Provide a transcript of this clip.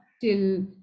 till